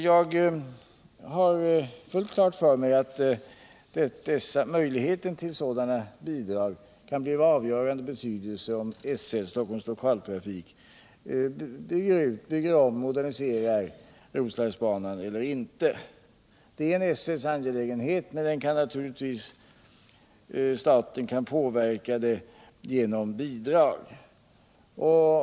Jag har fullt klart för mig att möjligheten till sådana bidrag kan få avgörande betydelse för om Storstockholms Lokaltrafik bygger om och moderniserar Roslagsbanan eller inte. Det är en SL-angelägenhet, men staten kan naturligtvis påverka den genom bidrag.